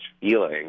feeling